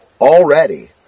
already